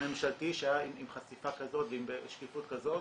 ממשלתי שהיה עם חשיפה כזו ועם שקיפות כזו.